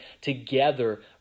together